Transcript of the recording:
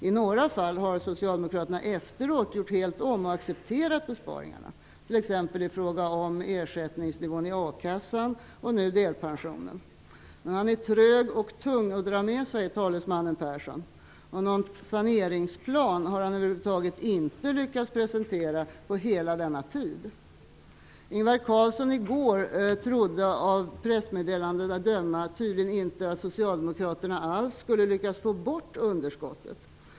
I några fall har Socialdemokraterna efteråt gjort helt om och accepterat besparingarna, t.ex. i fråga om ersättningsnivån i a-kassan och nu i fråga om delpensionen. Men han är trög och tung att dra med sig, talesmannen Persson, och någon saneringsplan har han över huvud taget inte lyckats presentera på hela denna tid. Ingvar Carlsson trodde i går, av pressmeddelandena att döma, tydligen inte att Socialdemokraterna alls skulle lyckas få bort underskottet.